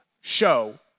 show